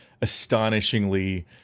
astonishingly